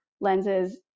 lenses